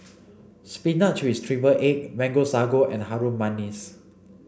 spinach with triple egg mango sago and Harum Manis